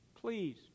Please